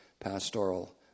Pastoral